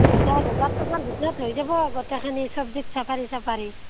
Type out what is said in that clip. অঁ দহ হেজাৰ টকাৰ ভিতৰত হৈ যাব গোটেইখিনি চব জীপ ছাফাৰী তাফাৰী